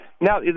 now